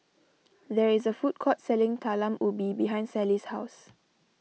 there is a food court selling Talam Ubi behind Sallie's house